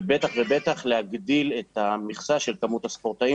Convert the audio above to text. ובטח ובטח להגדיל את המכסה של כמות הספורטאים